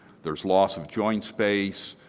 there is loss of joint space,